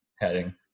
heading